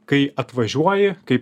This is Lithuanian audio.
kai atvažiuoji kai